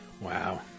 Wow